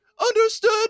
Understood